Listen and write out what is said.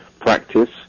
practice